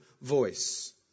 voice